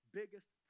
biggest